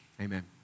Amen